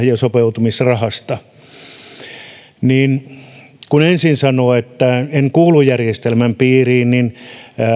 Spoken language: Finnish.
ja sopeutumisrahasta kun ensin sanoo että en kuulu järjestelmän piiriin niin